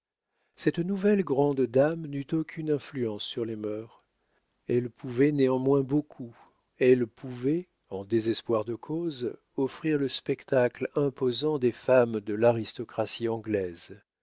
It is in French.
cette nouvelle grande dame n'eut aucune influence sur les mœurs elle pouvait néanmoins beaucoup elle pouvait en désespoir de cause offrir le spectacle imposant des femmes de l'aristocratie anglaise